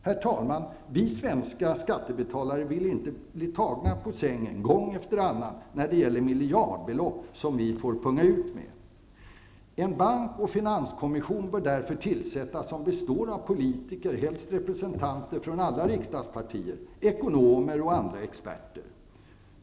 Herr talman! Vi svenska skattebetalare vill inte bli tagna på sängen gång efter annan när det gäller miljardbelopp som vi får punga ut med. En bank och finanskommission bör därför tillsättas som består av politiker, helst representerande alla riksdagspartier, samt ekonomer och andra experter.